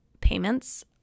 payments